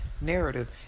narrative